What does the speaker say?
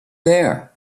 there